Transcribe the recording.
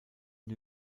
new